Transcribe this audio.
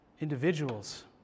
individuals